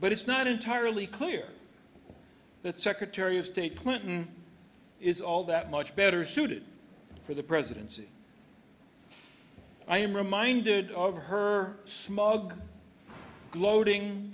but it's not entirely clear that secretary of state clinton is all that much better suited for the presidency i am reminded of her smug gloating